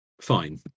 fine